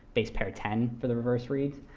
basepair ten for the reverse reads.